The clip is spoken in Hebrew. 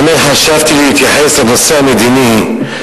האמת, חשבתי להתייחס לנושא המדיני,